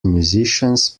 musicians